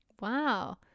wow